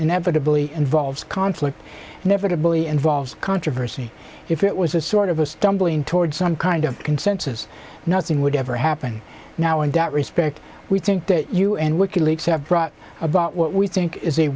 inevitably involves conflict and never to bully involves controversy if it was a sort of a stumbling toward some kind of consensus nothing would ever happen now in that respect we think that you and wiki leaks have brought about what we think is a